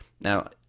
Now